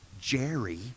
Jerry